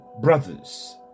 Brothers